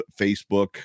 Facebook